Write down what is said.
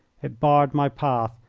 it barred my path,